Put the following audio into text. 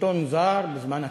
שלטון זר בזמן הצלבנים,